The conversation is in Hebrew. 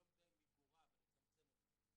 אני לא יודע אם במיגורה, אבל לצמצם אותה.